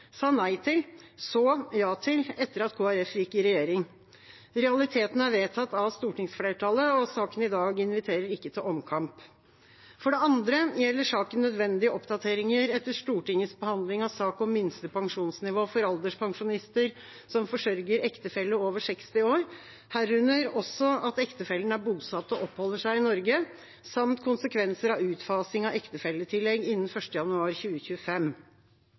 sa nei til, så ja til, etter at Kristelig Folkeparti gikk i regjering. Realitetene er vedtatt av stortingsflertallet. Saken i dag inviterer ikke til omkamp. For det andre gjelder saken nødvendige oppdateringer etter Stortingets behandling av sak om minste pensjonsnivå for alderspensjonister som forsørger ektefelle over 60 år, herunder også at ektefellen er bosatt og oppholder seg i Norge, samt konsekvenser av utfasing av ektefelletillegg innen 1. januar 2025.